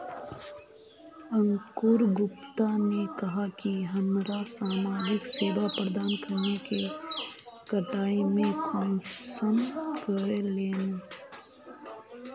अंकूर गुप्ता ने कहाँ की हमरा समाजिक सेवा प्रदान करने के कटाई में कुंसम करे लेमु?